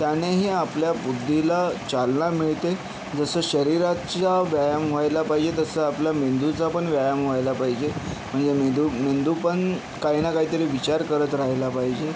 त्यानेही आपल्या बुद्धीला चालना मिळते जसं शरीराचा व्यायाम व्हायला पाहिजे तसा आपला मेंदूचा पण व्यायाम व्हायला पाहिजे म्हणजे मेंदू मेंदू पण काही ना काही तरी विचार करत राहिला पाहिजे